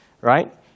right